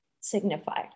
signify